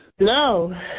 No